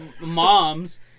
moms